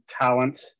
talent